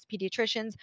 pediatricians